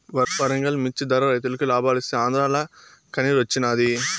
వరంగల్ మిచ్చి ధర రైతులకి లాబాలిస్తీ ఆంద్రాల కన్నిరోచ్చినాది